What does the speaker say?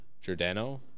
Giordano